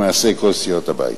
למעשה, כל סיעות הבית.